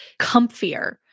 comfier